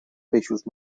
peixos